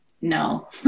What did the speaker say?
no